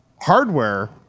hardware